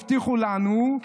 הבטיחו לנו,